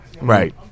Right